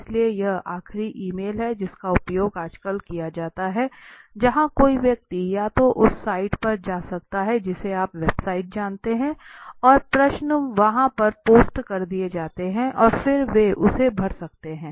इसलिए यह आखिरी ईमेल है जिसका उपयोग आजकल किया जाता है जहां कोई व्यक्ति या तो उस साइट पर जा सकता है जिसे आप वेबसाइट जानते हैं और प्रश्न वहां पर पोस्ट कर दिए जाते हैं और फिर वे उसे भर सकते हैं